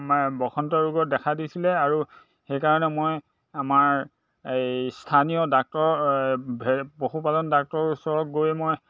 বসন্ত ৰোগত দেখা দিছিলে আৰু সেইকাৰণে মই আমাৰ এই স্থানীয় ডাক্তৰ পশুপালন ডাক্তৰ ওচৰত গৈ মই